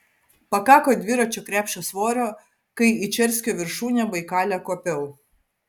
pakako dviračio krepšio svorio kai į čerskio viršūnę baikale kopiau